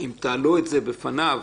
בפניו